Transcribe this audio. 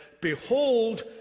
behold